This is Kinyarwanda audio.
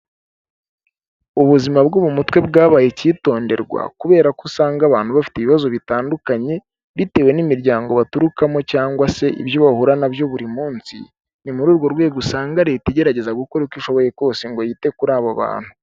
Ubuzima bwo mu mutwe bwabaye icyitonderwa kubera ko usanga abantu bafite ibibazo bitandukanye, bitewe n'imiryango baturukamo cyangwa se ibyo bahura nabyo buri munsi, ni muri urwo rwego usanga Leta igerageza gukora uko ishoboye kose ngo yite kuri abo bantu.